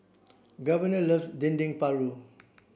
Governor loves Dendeng Paru